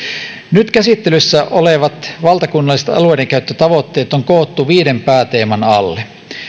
nyt käsittelyssä olevat valtakunnalliset alueidenkäyttötavoitteet on koottu viiden pääteeman alle